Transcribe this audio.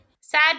Sad